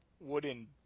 wooden